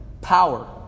power